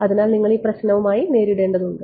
അതിനാൽ നിങ്ങൾ ഈ പ്രശ്നവുമായി നേരിടേണ്ടതുണ്ട്